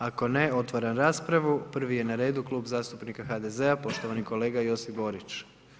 Ako ne, otvaram raspravu, prvi je na redu Klub zastupnika HDZ-a poštovani kolega Josip Borić.